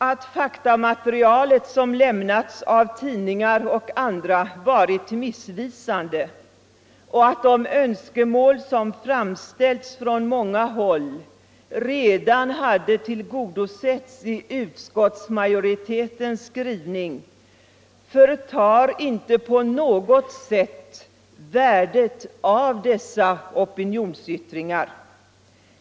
Att det faktamaterial som lämnats av tidningar och andra varit missvisande och att de önskemål som framställts från många håll redan hade tillgodosetts i utskottets skrivning förtar inte på något sätt värdet av dessa opinionsyttringar.